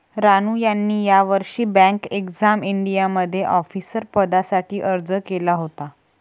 रानू यांनी यावर्षी bank exam इंडियामध्ये ऑफिसर पदासाठी अर्ज केला होता